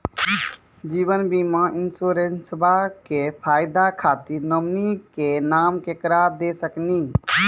जीवन बीमा इंश्योरेंसबा के फायदा खातिर नोमिनी के नाम केकरा दे सकिनी?